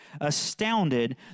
Astounded